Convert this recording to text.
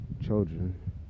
children